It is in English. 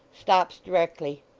stops directly.